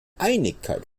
einigkeit